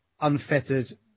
unfettered